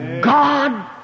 God